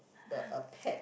the a pet